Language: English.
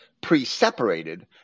pre-separated